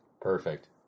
Perfect